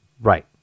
Right